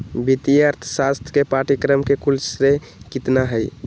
वित्तीय अर्थशास्त्र के पाठ्यक्रम के कुल श्रेय कितना हई?